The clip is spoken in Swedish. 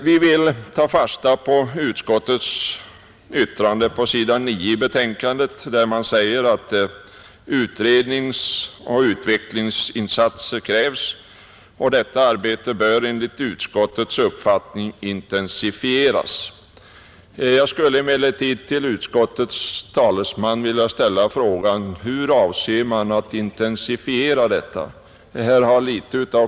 Vi vill ta fasta på utskottets yttrande på s. 9 i betänkande nr 6, där det sägs att utredningsoch utvecklingsinsatser krävs och att detta arbete enligt utskottets mening bör intensifieras. Jag skulle emellertid till utskottets talesman vilja ställa frågan: Hur avser man att intensifiera detta arbete?